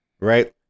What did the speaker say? right